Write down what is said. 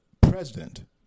president